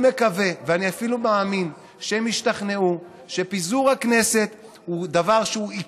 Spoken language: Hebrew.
אני מקווה ואני אפילו מאמין שהם השתכנעו שפיזור הכנסת יקרה,